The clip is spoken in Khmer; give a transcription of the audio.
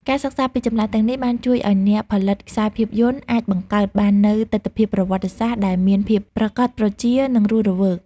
ការសិក្សាពីចម្លាក់ទាំងនេះបានជួយឲ្យអ្នកផលិតខ្សែភាពយន្តអាចបង្កើតបាននូវទិដ្ឋភាពប្រវត្តិសាស្ត្រដែលមានភាពប្រាកដប្រជា និងរស់រវើក។